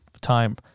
time